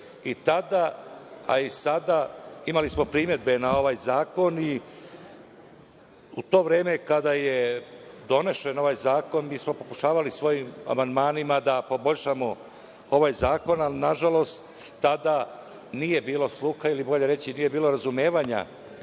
I tada, a i sada imali smo primedbe na ovaj zakon. U to vreme kada je donesen ovaj zakon mi smo pokušavali svojim amandmanima da poboljšamo ovaj zakon, ali nažalost tada nije bilo sluha ili bolje reći nije bilo razumevanja